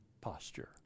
posture